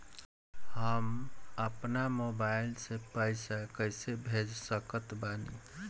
हम अपना मोबाइल से पैसा कैसे भेज सकत बानी?